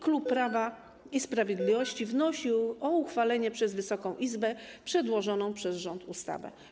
Klub Prawo i Sprawiedliwość wnosi o uchwalenie przez Wysoką Izbę przedłożonej przez rząd ustawy.